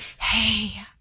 hey